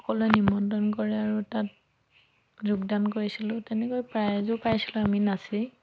সকলোৱে নিমন্ত্ৰণ কৰে আৰু তাত যোগদান কৰিছিলোঁ তেনেকৈ প্ৰাইজো পাইছিলোঁ আমি নাচি